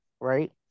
right